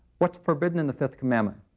what's forbidden in the fifth commandment?